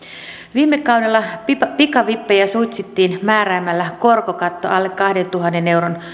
viime kaudella pikavippejä suitsittiin määräämällä korkokatto alle kahdentuhannen euron